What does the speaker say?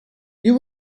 you